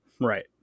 Right